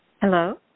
Hello